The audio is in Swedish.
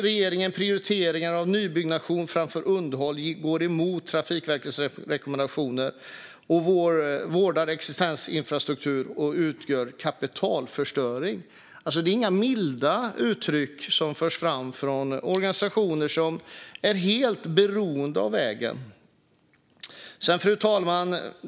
Regeringens prioritering av nybyggnation framför underhåll går emot Trafikverkets rekommendation att vårda existerande infrastruktur och utgör kapitalförstöring." Det är inga milda uttryck som förs fram från organisationer som är helt beroende av vägen. Fru talman!